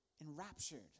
enraptured